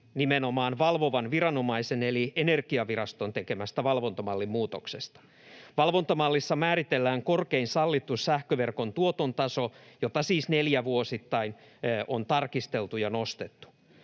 nimenomaan valvovan viranomaisen eli Energiaviraston tekemästä valvontamallin muutoksesta. Valvontamallissa määritellään korkein sallittu sähköverkon tuoton taso, jota siis neljävuosittain on tarkisteltu ja nostettu.